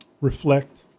reflect